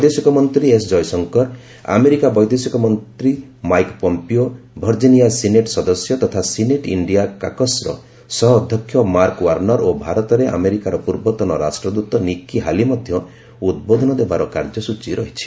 ବୈଦେଶିକ ମନ୍ତ୍ରୀ S Jaishankar America ବୈଦେଶିକ ମନ୍ତ୍ରୀ ମାଇକ୍ ପମ୍ପିଓ ଭର୍ଜିନିଆ ସିନେଟ୍ ସଦସ୍ୟ ତଥା ସିନେଟ୍ ଇଣ୍ଡିଆ କାକସ୍ ର ସହ ଅଧ୍ୟକ୍ଷ ମାର୍କ ୱାର୍ଣ୍ଣର ଓ ଭାରତରେ ଆମେରିକାର ପୂର୍ବତନ ରାଷ୍ଟଦ୍ରତ ନିକି ହାଲି ମଧ୍ୟ ଉଦ୍ବୋଧନ ଦେବାର କାର୍ଯ୍ୟସଚୀ ରହିଛି